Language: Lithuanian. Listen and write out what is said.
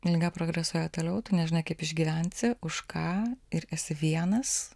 liga progresuoja toliau tu nežinai kaip išgyvensi už ką ir esi vienas